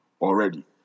already